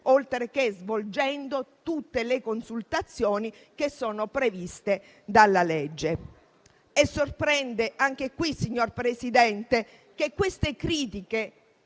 oltre che svolgendo tutte le consultazioni che sono previste dalla legge. Sorprende anche, signor Presidente, che queste critiche